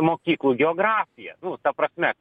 mokyklų geografiją nu ta prasme